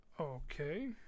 Okay